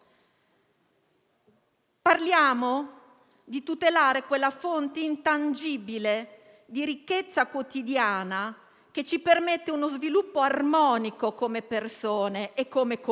parliamo di tutelare quella fonte intangibile di ricchezza quotidiana che ci permette uno sviluppo armonico, come persone e comunità.